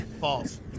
False